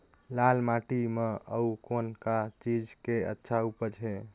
लाल माटी म अउ कौन का चीज के अच्छा उपज है?